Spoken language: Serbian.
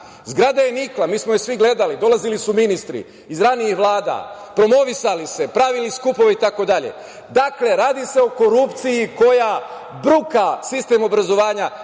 Zgrada je nikla, mi smo je svi gledali. Dolazili su ministri iz ranijih vlada, promovisali se, pravili skupove itd. Dakle, radi se o korupciji koja bruka sistem obrazovanja